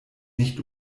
nicht